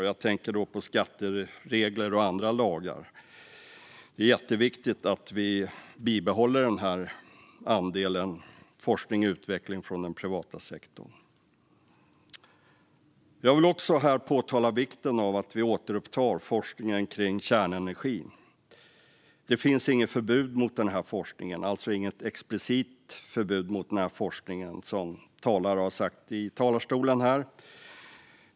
Jag tänker då på skatteregler och andra lagar. Det är jätteviktigt att vi bibehåller andelen till forskning och utveckling från den privata sektorn. Jag vill också påpeka vikten av att vi återupptar forskningen kring kärnenergi. Det finns inget explicit förbud mot denna forskning, som talare har sagt i talarstolen här.